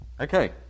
Okay